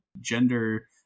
gender